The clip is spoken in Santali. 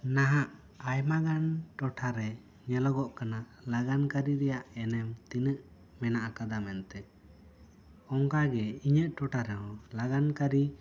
ᱱᱟᱦᱟᱜ ᱟᱭᱢᱟ ᱜᱟᱱ ᱴᱚᱴᱷᱟ ᱨᱮ ᱧᱮᱞᱚᱜᱚᱜ ᱠᱟᱱᱟ ᱞᱟᱜᱟᱱᱠᱟᱹᱨᱤ ᱨᱮᱭᱟᱜ ᱮᱱᱮᱢ ᱛᱤᱱᱟᱹᱜ ᱢᱮᱱᱟᱜ ᱟᱠᱟᱫᱟ ᱢᱮᱱ ᱛᱮ ᱚᱝᱠᱟ ᱜᱮ ᱤᱧᱟᱹᱜ ᱴᱚᱴᱷᱟ ᱨᱮᱦᱚᱸ ᱞᱟᱜᱟᱱᱠᱟᱹᱨᱤ